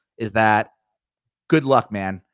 is that good luck, man.